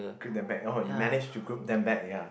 group them back oh you manage to group them back ya